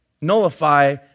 nullify